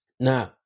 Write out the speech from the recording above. Now